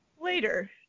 later